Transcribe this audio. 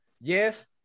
Yes